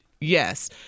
Yes